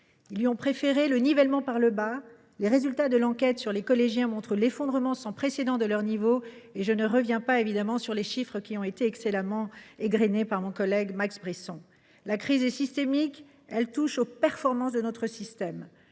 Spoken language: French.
et lui ont préféré le nivellement par le bas. Les résultats de l’enquête sur les collégiens montrent l’effondrement sans précédent de leur niveau, je ne reviens pas sur les chiffres qui ont été égrenés par notre collègue Max Brisson. La crise est systémique, elle touche aux performances mêmes de notre